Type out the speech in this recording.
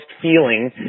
feeling